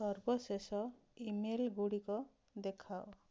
ସର୍ବଶେଷ ଇମେଲ୍ଗୁଡ଼ିକ ଦେଖାଅ